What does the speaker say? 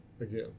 again